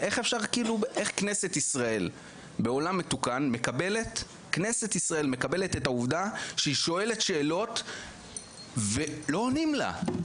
איך כנסת ישראל מקבלת את העובדה שהיא שואלת שאלות ולא עונים לה?